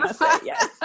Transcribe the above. yes